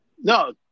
No